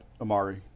Amari